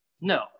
No